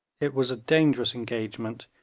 it was a dangerous engagement,